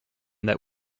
that